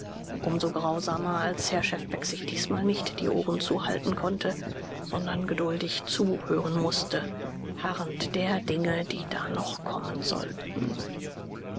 so grausamer als herr schefbeck sich diesmal nicht die ohren zuhalten konnte sondern geduldig zuhören mußte harrend der dinge die da noch kommen sollten